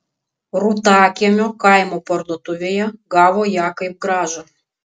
rūtakiemio kaimo parduotuvėje gavo ją kaip grąžą